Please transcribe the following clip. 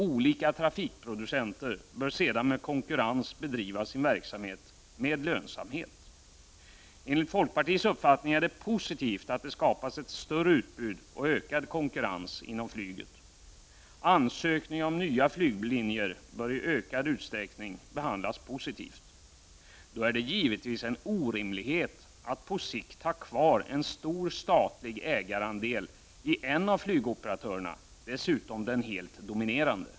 Olika trafikproducenter bör sedan i konkurrens bedriva sin verksamhet med lönsamhet. Enligt folkpartiets uppfattning är det positivt att det skapas ett större utbud och ökad konkurrens inom flyget. Ansökningar om nya flyglinjer bör i ökad utsträckning behandlas positivt. Då är det givetvis en orimlighet att på sikt ha kvar en stor statlig ägarandel i en av flygoperatörerna, dessutom den helt dominerande.